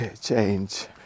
change